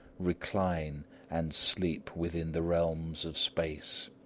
recline and sleep within the realms of space.